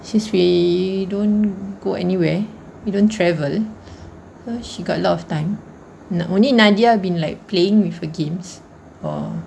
since we don't go anywhere we don't travel uh she got a lot of time na~ only nadia been like playing with a games or